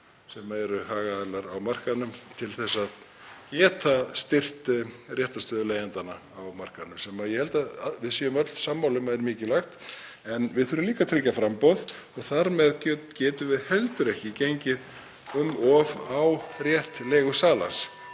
við alla hagaðila á markaði til þess að geta styrkt réttarstöðu leigjenda sem ég held að við séum öll sammála um að er mikilvægt. En við þurfum líka að tryggja framboð og þar með getum við heldur ekki gengið um of á rétt leigusala